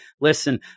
listen